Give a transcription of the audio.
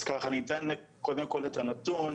אז אני אתן קודם כל את הנתון.